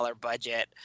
budget